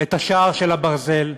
את שער הברזל,